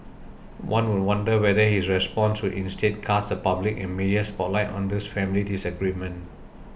one would wonder whether his response would instead cast the public and media spotlight on this family disagreement